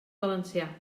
valencià